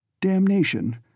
Damnation